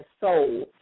soul